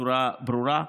בצורה ברורה.